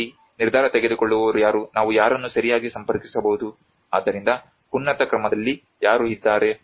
ಇಲ್ಲಿ ನಿರ್ಧಾರ ತೆಗೆದುಕೊಳ್ಳುವವರು ಯಾರು ನಾವು ಯಾರನ್ನು ಸರಿಯಾಗಿ ಸಂಪರ್ಕಿಸಬಹುದು ಆದ್ದರಿಂದ ಉನ್ನತ ಕ್ರಮದಲ್ಲಿ ಯಾರು ಇದ್ದಾರೆ